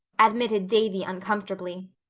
admitted davy uncomfortably,